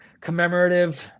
commemorative